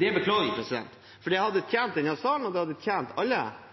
Det er beklagelig, for det hadde tjent denne sal, og det hadde tjent alle,